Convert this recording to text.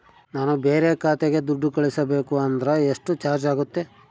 ನಾನು ಬೇರೆ ಖಾತೆಗೆ ದುಡ್ಡು ಕಳಿಸಬೇಕು ಅಂದ್ರ ಎಷ್ಟು ಚಾರ್ಜ್ ಆಗುತ್ತೆ?